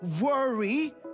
worry